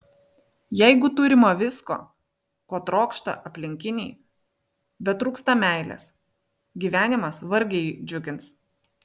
jeigu turima visko ko trokšta aplinkiniai bet trūksta meilės gyvenimas vargiai džiugins